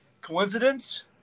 Coincidence